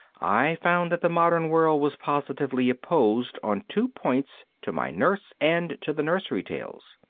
i found that the modern world was positively opposed on two points to my nurse and to the nursery tales.